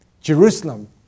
Jerusalem